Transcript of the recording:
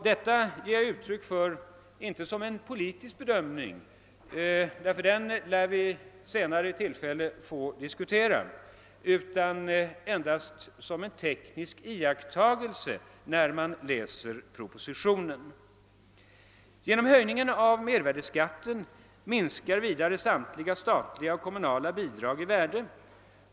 Detta nämner jag inte som en politisk bedömning — den saken lär vi vid senare tillfälle få diskutera — utan endast som en teknisk iakttagelse vid läsningen av propositionen. Genom höjningen av mervärdeskatten minskar vidare samtliga statliga och kommunala bidrag i värde.